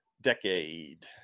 decade